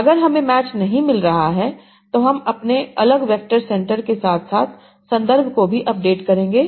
अगर हमें मैच नहीं मिल रहा है तो हमअपने अलग वैक्टर सेंटर के साथ साथ संदर्भ को भी अपडेट करेंगे